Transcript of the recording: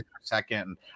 second